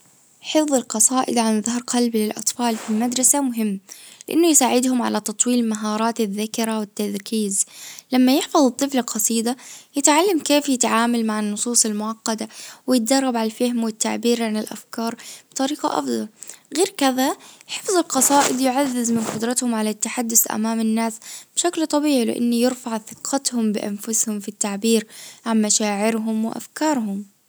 حفظ القصائد عن ظهر قلب للاطفال في المدرسة مهم. انه يساعدهم على تطويل مهارات الذاكرة والتركيز لما يحفظ الطفل قصيدة يتعلم كيف يتعامل مع النصوص المعقدة. ويتدرب على الفهم والتعبير عن الافكار بطريقة افضل غير كذا حفظ القصائد يعزز من قدرتهم على التحدث امام الناس بشكل طبيعي لانه يرفع ثقتهم بانفسهم في التعبير عن مشاعرهم وافكارهم.